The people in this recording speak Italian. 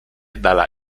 dalla